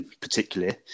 particularly